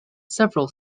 several